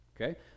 Okay